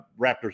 Raptors